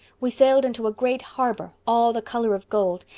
we sailed into a great harbor, all the color of gold,